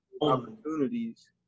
opportunities